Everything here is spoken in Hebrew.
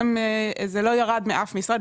זה לא ירד מאף משרד.